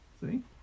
see